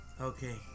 okay